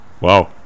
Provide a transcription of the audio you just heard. wow